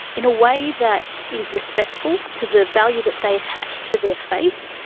in a way that is respectful to the value that they attach to their faith,